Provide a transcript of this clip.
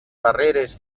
barreres